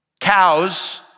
Cows